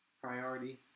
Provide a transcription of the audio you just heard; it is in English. priority